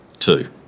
two